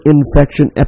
Infection